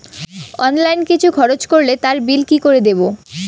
Online কিছু খরচ করলে তার বিল কি করে দেবো?